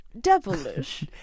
devilish